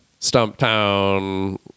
Stumptown